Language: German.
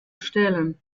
stellen